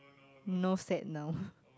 no sad now